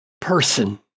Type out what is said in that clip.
person